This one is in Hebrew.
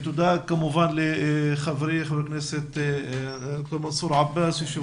תודה כמובן לחברי חבר הכנסת מנסור עבאס יושב